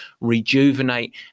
rejuvenate